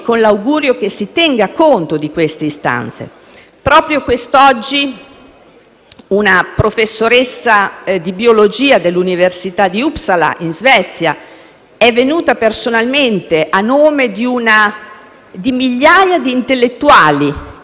una professoressa di biologia dell'università di Uppsala in Svezia è venuta personalmente, a nome di migliaia di intellettuali che nelle giornate scorse si sono mobilitati attraverso una petizione *on line*,